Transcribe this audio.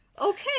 Okay